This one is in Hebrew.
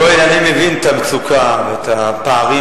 יואל, אני מבין את המצוקה ואת הפערים